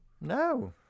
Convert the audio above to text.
No